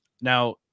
Now